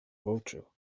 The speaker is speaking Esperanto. voĉo